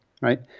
right